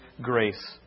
grace